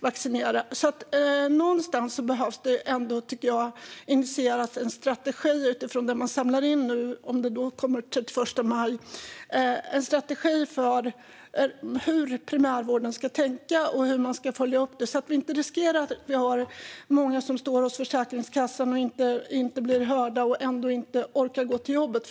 Men det behöver ändå initieras en strategi utifrån det som har samlats in och ska presenteras den 31 maj. Det handlar om en strategi för hur primärvården ska tänka och hur man ska följa upp detta så att vi inte riskerar att få många som står hos Försäkringskassan och inte bli hörda och ändå inte orkar gå till jobbet.